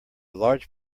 large